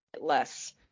less